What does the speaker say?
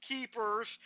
Keepers